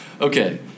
Okay